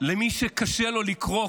למי שקשה לו לקרוא,